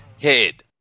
head